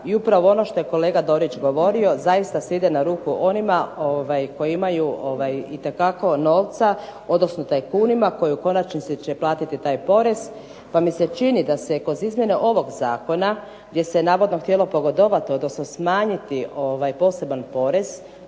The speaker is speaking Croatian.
i upravo ono što je kolega Dorić govorio, zaista se ide na ruku onima koji imaju itekako novca, odnosno tajkunima koji u konačnici platiti taj porez pa mi se čini da se kroz izmjene ovog zakona gdje se navodno htjelo pogodovat odnosno smanjiti poseban porez